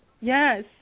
Yes